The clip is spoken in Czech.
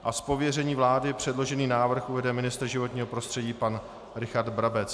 Z pověření vlády předložený návrh uvede ministr životního prostředí pan Richard Brabec.